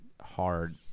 hard